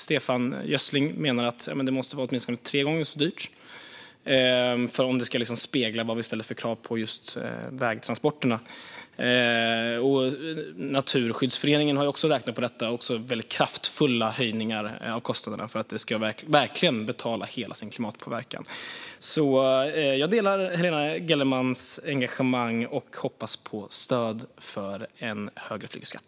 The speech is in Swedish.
Stefan Gössling menar att det måste vara åtminstone tre gånger så dyrt om det ska spegla de krav som ställs på just vägtransporter. Naturskyddsföreningen har också räknat på detta och menar att det ska vara kraftfulla höjningar av kostnaderna för att de verkligen ska betala hela klimatpåverkan. Jag delar Helena Gellermans engagemang, och jag hoppas på stöd för en högre flygskatt.